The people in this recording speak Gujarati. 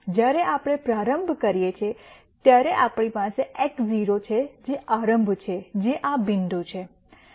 જ્યારે આપણે પ્રારંભ કરીએ છીએ ત્યારે આપણી પાસે x0 છે જે આરંભ છે જે આ બિંદુ છે